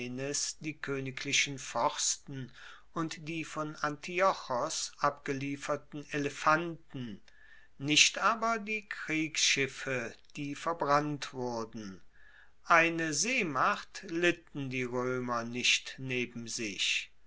die koeniglichen forsten und die von antiochos abgelieferten elefanten nicht aber die kriegsschiffe die verbrannt wurden eine seemacht litten die roemer nicht neben sich